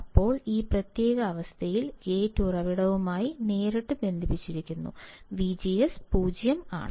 ഇപ്പോൾ ഈ പ്രത്യേക അവസ്ഥയിൽ ഗേറ്റ് ഉറവിടവുമായി നേരിട്ട് ബന്ധിപ്പിച്ചിരിക്കുന്നു vgs 0 ആണ്